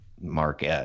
Mark